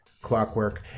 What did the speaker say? clockwork